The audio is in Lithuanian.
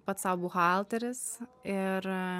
pats sau buhalteris ir